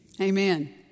Amen